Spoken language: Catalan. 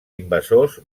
invasors